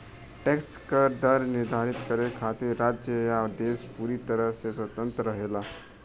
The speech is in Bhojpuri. टैक्स क दर निर्धारित करे खातिर राज्य या देश पूरी तरह से स्वतंत्र रहेला